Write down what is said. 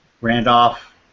Randolph